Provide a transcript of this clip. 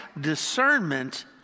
discernment